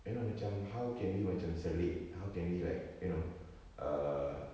you know macam how can they macam selit how can they like you know err